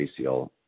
ACL